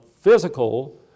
physical